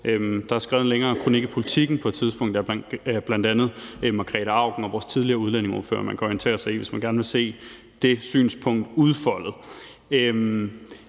blevet skrevet en længere kronik i Politiken af bl.a. Margrete Auken og vores tidligere udlændingeordfører, som man kan orientere sig i, hvis man gerne vil se det synspunkt udfoldet.